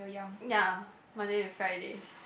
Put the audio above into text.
ya Monday to Friday